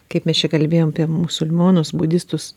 kaip mes čia kalbėjom apie musulmonus budistus